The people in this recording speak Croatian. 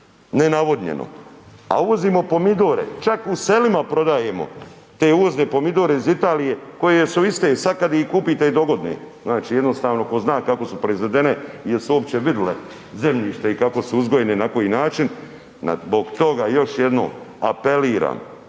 nenavodnjeno, a uvozimo pomidore čak u selima prodajemo te uvozne pomidore iz Italije koje su iste sad kad ih kupite i dogodine, znači jednostavno tko zna kako su proizvedene jesu li uopće vidle zemljište i kako su uzgojene i na koji način, zbog toga još jednom apeliram